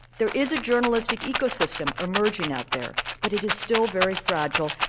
there is a journalistic eco-system emerging out there but it is still very fragile.